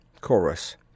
CHORUS